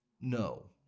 No